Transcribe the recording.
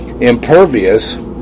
impervious